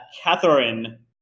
Catherine